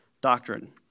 doctrine